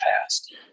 past